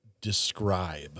describe